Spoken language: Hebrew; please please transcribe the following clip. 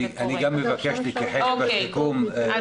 ואני גם מבקש להתייחס בסיכום גם